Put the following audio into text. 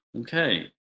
Okay